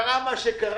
קרה מה שקרה,